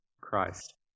Christ